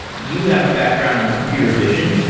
you have a background in computer vision.